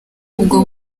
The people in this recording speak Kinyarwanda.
ubwo